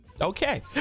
Okay